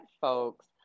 folks